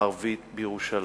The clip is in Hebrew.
הערבית בירושלים.